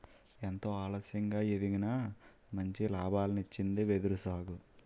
ఎంతో ఆలస్యంగా ఎదిగినా మంచి లాభాల్నిచ్చింది వెదురు సాగు